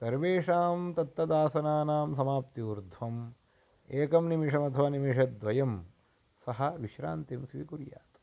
सर्वेषां तत्तदासनानां समाप्त्यूर्द्धम् एकं निमिषम् अथवा निमिषद्वयं सः विश्रान्तिं स्वीकुर्यात्